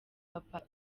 papa